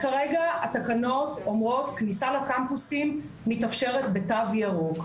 כרגע התקנות אומרות כניסה לקמפוסים מתאפשרת בתו ירוק.